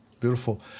Beautiful